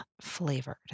flavored